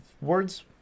words